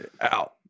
out